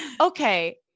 okay